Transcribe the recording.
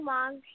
Mom